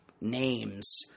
names